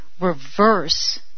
reverse